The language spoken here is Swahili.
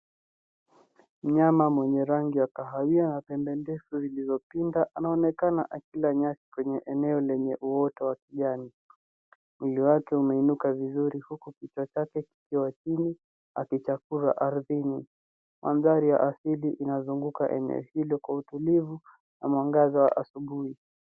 Mnyama mwenye rangi ya kahawia ana pembe ndefu zilizo pinda anaonekana akila nyasi kwenye eneo lenye uoto wa kijani. Mwili wake umeinuka vizuri huku kicha chake kikiwa chini akichakura ardhini. Mandhari ya asili inazunguka eneo hilo kwa utulivu na mwangaza wa asubhuhi.